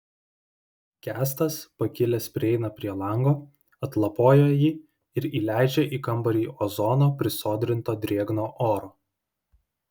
kęstas pakilęs prieina prie lango atlapoja jį ir įleidžia į kambarį ozono prisodrinto drėgno oro